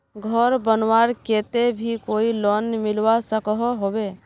घोर बनवार केते भी कोई लोन मिलवा सकोहो होबे?